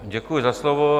Děkuji za slovo.